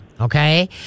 Okay